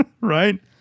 Right